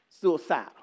suicidal